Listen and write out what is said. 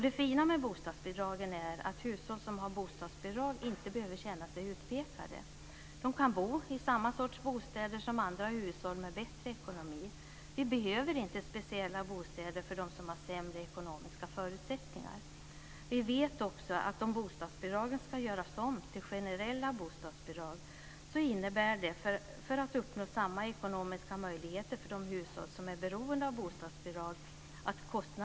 Det fina med bostadsbidragen är att hushåll som har bostadsbidrag inte behöver känna sig utpekade. De kan bo i samma sorts bostäder som andra hushåll med bättre ekonomi. Vi behöver inte speciella bostäder för dem som har sämre ekonomiska förutsättningar. Vi vet också att om bostadsbidragen ska göras om till generella bostadsbidrag innebär det att kostnaderna ökar rejält om man ska kunna uppnå att skapa samma ekonomiska möjligheter för de hushåll som är beroende av bostadsbidrag.